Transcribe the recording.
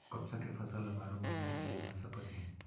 कपसा के फसल ल बारो महिना लिये जा सकत हे